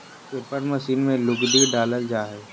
paper machine में लुगदी डालल जा हय